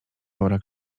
wora